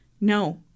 No